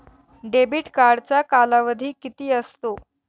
Debit कार्डचा कालावधी किती असतो?